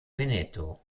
veneto